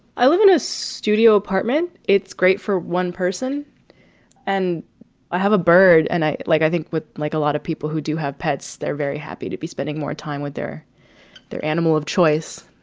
i live in a studio apartment. it's great for one person and i have a bird and i like i think with like a lot of people who do have pets, they're very happy to be spending more time with their their animal of choice